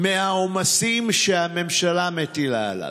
מהעומסים שהממשלה מטילה עליו.